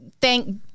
thank